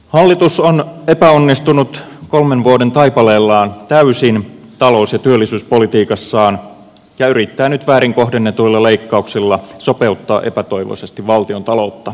hallitus on epäonnistunut kolmen vuoden taipaleellaan täysin talous ja työllisyyspolitiikassaan ja yrittää nyt väärin kohdennetuilla leikkauksilla sopeuttaa epätoivoisesti valtiontaloutta